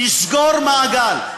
לסגור מעגל.